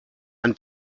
ein